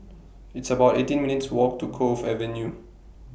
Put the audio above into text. It's about eighteen minutes' Walk to Cove Avenue